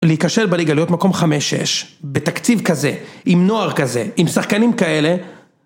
להיכשל בליגה להיות מקום חמש-שש, בתקציב כזה, עם נוער כזה, עם שחקנים כאלה...